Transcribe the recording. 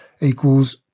equals